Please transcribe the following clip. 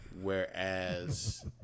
Whereas